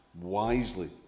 wisely